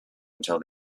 until